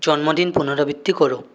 জন্মদিন পুনরাবৃত্তি করো